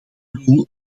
doel